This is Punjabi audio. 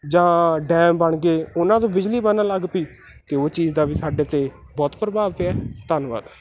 ਜਾਂ ਡੈਮ ਬਣ ਗਏ ਉਹਨਾਂ ਤੋਂ ਬਿਜਲੀ ਬਣਨ ਲੱਗ ਪਈ ਅਤੇ ਉਹ ਚੀਜ਼ ਦਾ ਵੀ ਸਾਡੇ 'ਤੇ ਬਹੁਤ ਪ੍ਰਭਾਵ ਪਿਆ ਧੰਨਵਾਦ